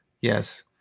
Yes